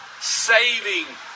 saving